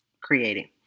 creating